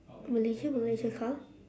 malaysia malaysia car